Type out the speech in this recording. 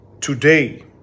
today